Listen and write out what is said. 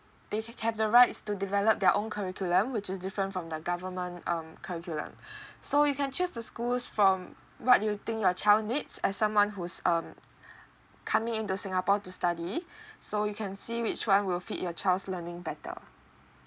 they ha~ have the rights to develop their own curriculum which is different from the government um curriculum so you can choose the schools from what you think your child needs as someone who's um coming in to singapore to study so you can see which [one] will fit your child's learning better